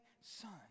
son